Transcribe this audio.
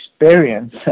experience